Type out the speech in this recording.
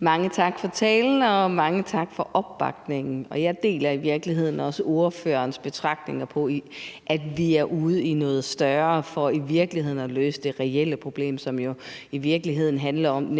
Mange tak for talen, og mange tak for opbakningen. Jeg deler i virkeligheden også ordførerens betragtninger om, at vi er ude i noget større for at løse det reelle problem, som jo i virkeligheden handler om, at man